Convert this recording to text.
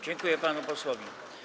Dziękuję panu posłowi.